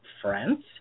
France